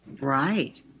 Right